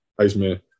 Iceman